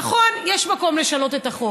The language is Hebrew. נכון, יש מקום לשנות את החוק,